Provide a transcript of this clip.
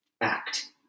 act